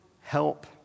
help